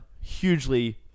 hugely